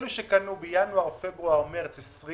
אלו שקנו בינואר-פברואר-מרץ 2020